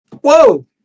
Whoa